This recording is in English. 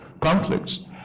conflicts